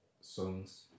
songs